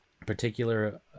Particular